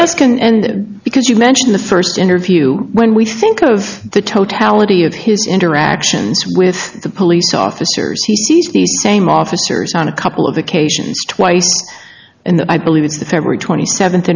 ask an end because you mention the first interview when we think of the totality of his interactions with the police officers he sees the same officers on a couple of occasions twice and then i believe it's the february twenty seventh